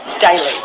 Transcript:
daily